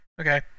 Okay